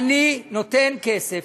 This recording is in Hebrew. אני נותן כסף,